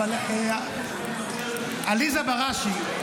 עליזה בראשי,